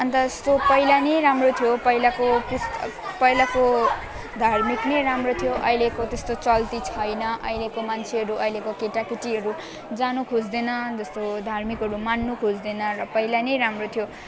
अन्त यस्तो पहिला नै राम्रो थियो पहिलाको त्यस पहिलाको धार्मिक नै राम्रो थियो अहिलेको त्यस्तो चल्ती छैन अहिलेको मान्छेहरू अहिलेको केटाकेटीहरू जानु खोज्दैन जस्तो धार्मिकहरू मान्नु खोज्दैन र पहिला नै राम्रो थियो